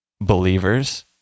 believers